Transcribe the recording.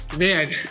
Man